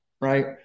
right